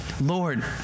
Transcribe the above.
Lord